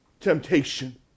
temptation